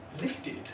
lifted